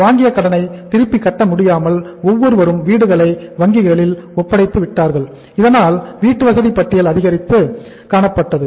வாங்கிய கடனை திருப்பி கட்டமுடியாமல் ஒவ்வொருவரும் வீடுகளை வங்கிகளில் ஒப்படைப்பார்கள் இதனால் வீட்டுவசதி பட்டியல் அதிகரித்தது